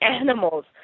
animals